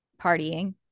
partying